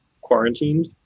quarantined